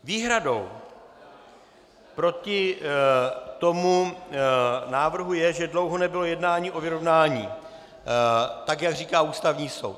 Výhradou proti návrhu je, že dlouho nebylo jednání o vyrovnání tak, jak říká Ústavní soud.